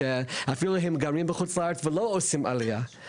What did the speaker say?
אפילו אם הם גרים בחוץ-לארץ ולא עושים עלייה,